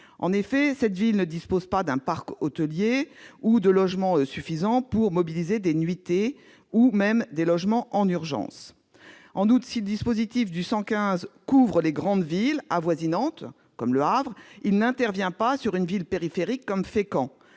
En effet, cette ville ne dispose pas d'un parc hôtelier ou d'un nombre de logements suffisants pour mettre à disposition des nuitées ou des logements en urgence. En outre, si le dispositif du 115 couvre les grandes villes avoisinantes, comme Le Havre, il ne concerne pas une ville périphérique comme Fécamp.